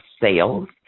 sales